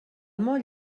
molt